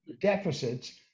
deficits